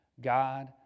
God